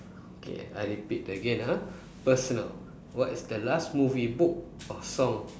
okay I repeat again ah personal what is the last movie book or song